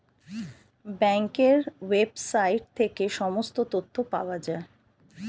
ব্যাঙ্কের ওয়েবসাইট থেকে সমস্ত তথ্য পাওয়া যায়